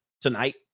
tonight